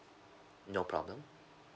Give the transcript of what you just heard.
no problem